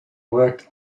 worked